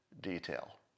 detail